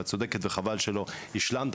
ואת צודקת וחבל שלא השלמת.